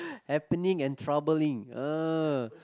happening and troubling ah